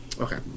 okay